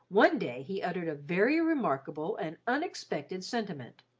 one day he uttered a very remarkable and unexpected sentiment